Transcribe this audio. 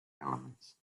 elements